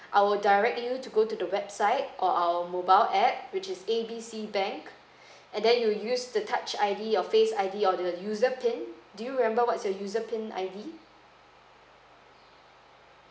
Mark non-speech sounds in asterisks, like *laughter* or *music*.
I will direct you to go to the website or our mobile app which is A B C bank *breath* and then you use the touch I_D or face I_D or the user pin do you remember what's your user pin I_D